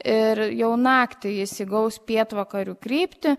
ir jau naktį jis įgaus pietvakarių kryptį